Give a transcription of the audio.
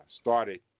started